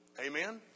Amen